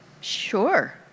Sure